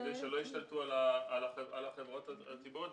-- כדי שלא ישתלטו על החברות הציבוריות,